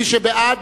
מי שבעד,